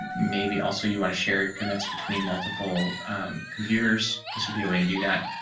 maybe also you want to share commits between multiple computers. this will be a way to do that.